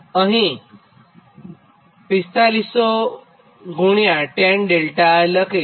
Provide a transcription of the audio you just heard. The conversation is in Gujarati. તો હું અહીં 4500 ગુણ્યા tan𝛿𝑅 લખીશ